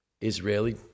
Israeli